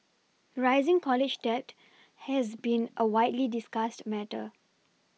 rising college debt has been a widely discussed matter